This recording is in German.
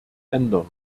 ändern